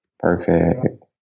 Perfect